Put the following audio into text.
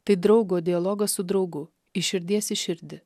tai draugo dialogas su draugu iš širdies į širdį